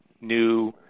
new